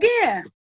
again